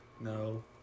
No